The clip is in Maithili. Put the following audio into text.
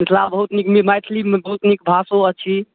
मिथिला बहुत नीक नीक मैथिलीमे बहुत नीक भाषो अछि